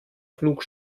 flug